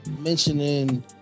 mentioning